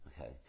Okay